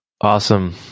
awesome